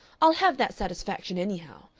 i'll have that satisfaction, anyhow.